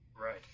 Right